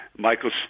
Michael